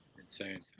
Insane